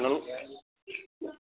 hello